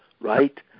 right